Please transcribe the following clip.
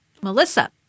Melissa